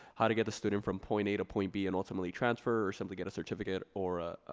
how to get the student from point a to point b and ultimately transfer or simply get a certificate or a